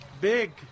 big